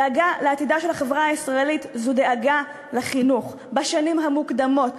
דאגה לעתידה של החברה הישראלית זו דאגה לחינוך בשנים המוקדמות.